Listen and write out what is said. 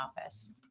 Office